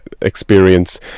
experience